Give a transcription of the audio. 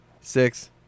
six